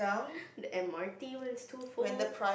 the M_R_T was too full